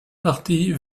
partie